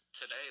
today